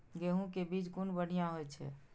गैहू कै बीज कुन बढ़िया होय छै?